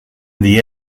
the